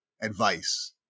advice